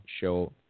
show